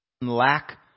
lack